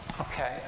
Okay